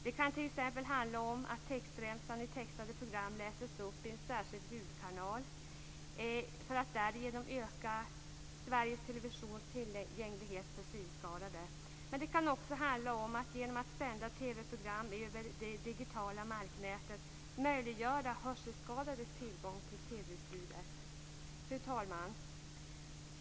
Det kan t.ex. handla om att textremsan i textade program läses upp i en särskild ljudkanal för att därigenom öka Sveriges Televisions tillgänglighet för synskadade. Det kan också handla om att man genom att sända TV-program över det digitala marknätet möjliggör hörselskadades tillgång till TV Fru talman!